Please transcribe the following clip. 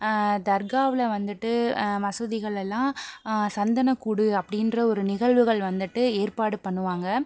தர்க்காவில் வந்துட்டு மசூதிகள்ல எல்லாம் சந்தன கூடு அப்படின்ற ஒரு நிகழ்வுகள் வந்துட்டு ஏற்பாடு பண்ணுவாங்க